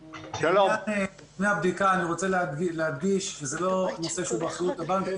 לפני הבדיקה אני רוצה להדגיש שזה לא נושא שהוא באחריות הבנקים,